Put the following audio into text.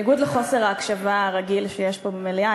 בניגוד לחוסר ההקשבה הרגיל שיש פה במליאה,